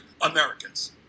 Americans